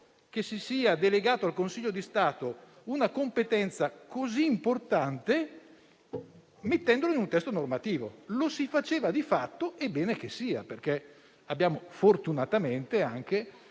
che si sia delegata al Consiglio di Stato una competenza così importante scrivendolo in un testo normativo. Lo si faceva di fatto, è bene che sia così. Abbiamo fortunatamente come